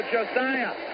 Josiah